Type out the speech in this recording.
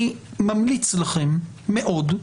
אני ממליץ לכם מאוד,